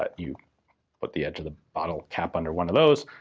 but you put the edge of the bottle cap under one of those,